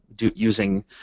using